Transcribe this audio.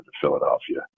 Philadelphia